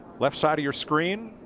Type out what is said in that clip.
left side of your screen